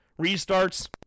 restarts